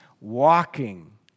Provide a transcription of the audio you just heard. walking